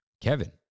Kevin